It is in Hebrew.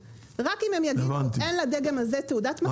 ורק אם הם יגידו שאין לדגם הזה תעודת מקור,